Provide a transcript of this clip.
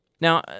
Now